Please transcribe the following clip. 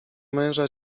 męża